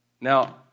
Now